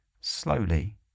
slowly